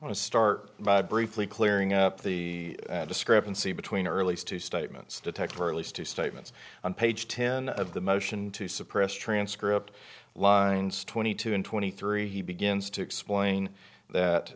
want to start by briefly clearing up the discrepancy between early as two statements detective or at least two statements on page ten of the motion to suppress transcript lines twenty two and twenty three he begins to explain that